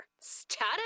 Status